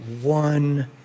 one